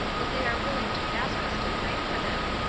that they are willing to ask us to pray for them,